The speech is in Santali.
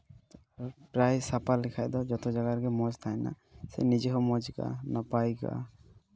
ᱯᱨᱟᱭ ᱥᱟᱯᱷᱟ ᱞᱮᱠᱷᱟᱱ ᱫᱚ ᱡᱚᱛᱚ ᱡᱟᱭᱜᱟ ᱜᱮ ᱢᱚᱡᱽ ᱛᱟᱦᱮᱱᱟ ᱥᱮ ᱱᱤᱡᱮ ᱦᱚᱸ ᱢᱚᱡᱽ ᱟᱹᱭᱠᱟᱹᱜᱼᱟ ᱱᱟᱯᱟᱭ ᱟᱹᱭᱠᱟᱹᱜᱼᱟ